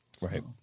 right